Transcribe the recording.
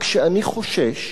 רק שאני חושש